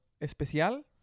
especial